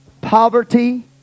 poverty